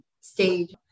stage